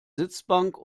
sitzbank